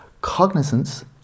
Cognizance